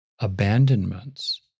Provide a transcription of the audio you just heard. abandonments